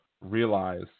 realize